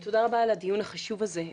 תודה רבה על הדיון החשוב הזה.